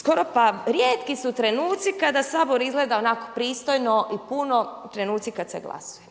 skoro pa rijetki su trenuci kada Sabor izgleda onako pristojno i puno, trenuci kad se glasuje.